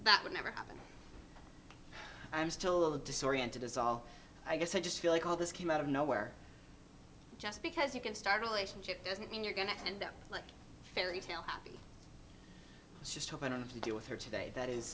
that would never happen i'm still a little disoriented dissolved i guess i just feel like all this came out of nowhere just because you can start relationship doesn't mean you're going to end up like fairytale happy just hoping to do with her today that is